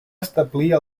establir